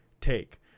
take